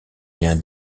lien